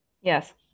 yes